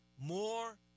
more